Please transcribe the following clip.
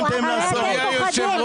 ממה אתם פוחדים?